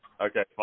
Okay